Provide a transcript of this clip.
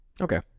Okay